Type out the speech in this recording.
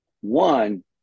One